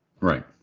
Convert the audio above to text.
Right